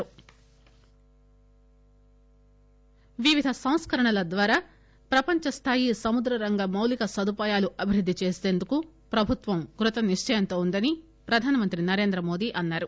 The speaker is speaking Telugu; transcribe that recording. పిఎం మారిటైమ్ వివిధ సంస్కరణల ద్వారా ప్రపంచ స్థాయి సముద్ర రంగ మౌలిక సదుపాయాలను అభివృద్ది చేసేందుకు ప్రభుత్వం కృత నిశ్చయంతో ఉందని ప్రధానమంత్రి నరేంద్ర మోదీ అన్నారు